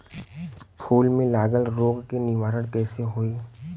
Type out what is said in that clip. फूल में लागल रोग के निवारण कैसे होयी?